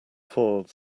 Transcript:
foiled